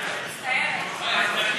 מצטערת.